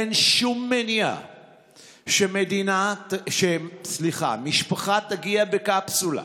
אין שום מניעה שמשפחה תגיע בקפסולה,